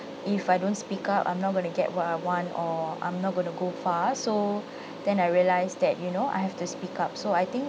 if I don't speak up I'm not going to get what I want or I'm not gonna go far so then I realise that you know I have to speak up so I think